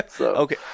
Okay